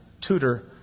tutor